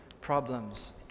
problems